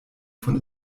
von